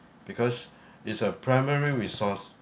because it's a primary resource